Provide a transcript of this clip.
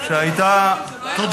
הוא אמר לך להכניס את קדימה, תודה.